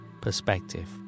perspective